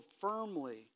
firmly